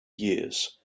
years